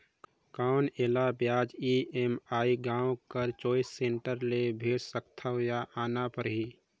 कौन एला ब्याज ई.एम.आई गांव कर चॉइस सेंटर ले भेज सकथव या आना परही?